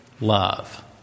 love